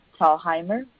Talheimer